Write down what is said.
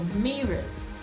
mirrors